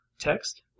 text